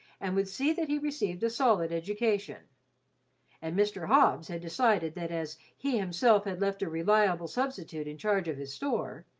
and would see that he received a solid education and mr. hobbs had decided that as he himself had left a reliable substitute in charge of his store,